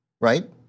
right